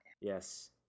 yes